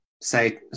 say